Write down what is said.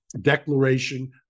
declaration